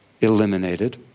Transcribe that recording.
eliminated